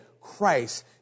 Christ